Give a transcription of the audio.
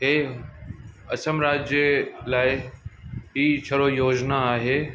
हे असम राज्य जे लाइ ई छड़ो योजना आहे